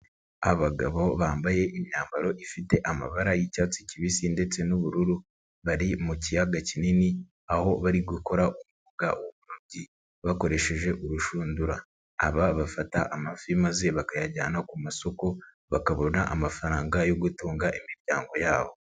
Abagabo bambaye imyambaro ifite amabara y'icyatsi kibisi ndetse n'ubururu, bari mu kiyaga kinini, aho bari gukora umwuga w'uburobyi bakoresheje urushundura. Aba bafata amafi maze bakayajyana ku masoko, bakabona amafaranga yo gutunga imiryango yabo.